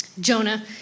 Jonah